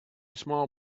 small